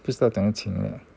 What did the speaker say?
不知道怎样请咧